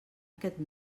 aquest